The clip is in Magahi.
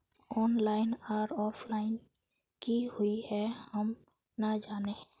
ऑनलाइन आर ऑफलाइन की हुई है हम ना जाने?